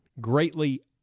greatly